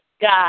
God